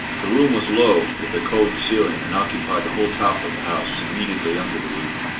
the room was low with a coved ceiling, and occupied the whole top of the house, immediately under the roof.